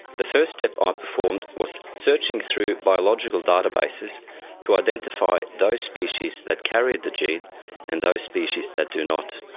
the first step i ah performed was searching through biological databases to identify those species that carried the gene and those species that do not,